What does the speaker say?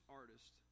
artist